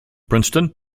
princeton